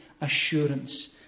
assurance